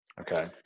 Okay